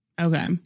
Okay